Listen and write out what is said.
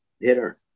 hitter